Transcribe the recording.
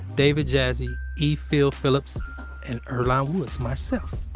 david jassy, e. phil phillips and earlonne woods, myself.